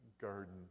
garden